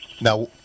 Now